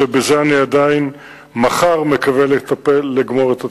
ובזה אני עדיין מקווה לגמור מחר את הטיפול.